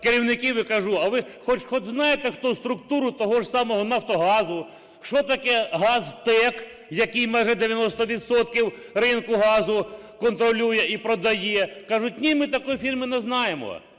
керівників і кажу: "А ви хоч знаєте структуру того ж самого "Нафтогазу"? Що таке "Газтек", який майже 90 відсотків ринку газу контролює і продає?". Кажуть: "Ні, ми такої фірми не знаємо".